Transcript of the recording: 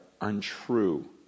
untrue